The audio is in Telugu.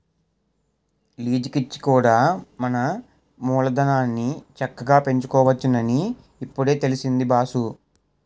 లీజికిచ్చి కూడా మన మూలధనాన్ని చక్కగా పెంచుకోవచ్చునని ఇప్పుడే తెలిసింది బాసూ